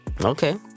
Okay